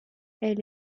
elle